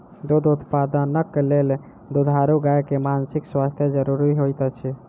दूध उत्पादनक लेल दुधारू गाय के मानसिक स्वास्थ्य ज़रूरी होइत अछि